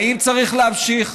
האם צריך להמשיך?